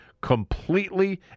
Completely